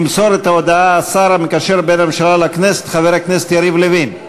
ימסור את ההודעה השר המקשר בין הממשלה לכנסת חבר הכנסת יריב לוין.